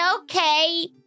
okay